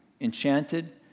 enchanted